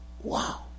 wow